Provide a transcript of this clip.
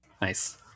Nice